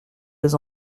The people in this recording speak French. des